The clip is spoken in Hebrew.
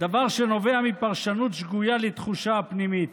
דבר שנובע מפרשנות שגויה לתחושה הפנימית.